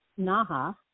NAHA